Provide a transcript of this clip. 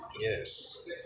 Yes